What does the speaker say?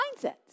mindsets